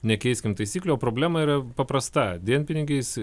nekeiskim taisyklių o problema yra paprasta dienpinigiais